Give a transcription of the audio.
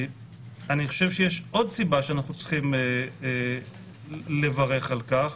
אני חושב שיש עוד סיבה שאנחנו צריכים לברך על כך: